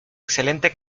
excelente